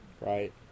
right